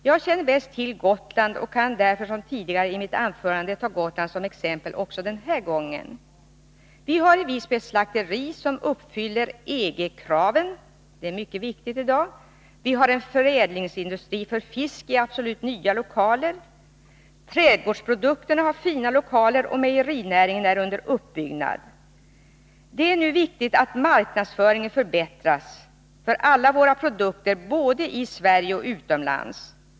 Jag känner bäst till Gotland och kan därför som tidigare i mitt anförande ta Gotland som exempel också den här gången. Vi har i Visby ett slakteri som uppfyller EG-kraven, vilket är mycket viktigt i dag. Vi har en förädlingsindustri för fisk i absolut nya lokaler. Förädlingsindustrin för trädgårdsprodukter har fina lokaler, och mejerinäringen är under uppbyggnad. Det är nu viktigt att marknadsföringen förbättras för alla våra produkter, både i Sverige och utomlands.